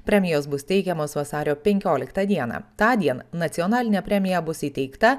premijos bus teikiamos vasario penkioliktą dieną tądien nacionalinė premija bus įteikta